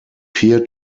peer